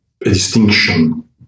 distinction